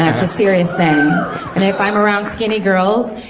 and it's a serious thing. and if i'm around skinny girls,